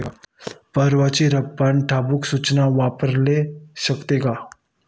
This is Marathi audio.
पेरूच्या रोपांना ठिबक सिंचन वापरू शकतो का?